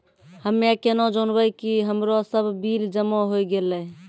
हम्मे केना जानबै कि हमरो सब बिल जमा होय गैलै?